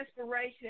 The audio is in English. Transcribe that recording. inspiration